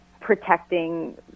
protecting